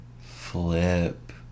Flip